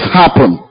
happen